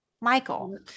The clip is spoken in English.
Michael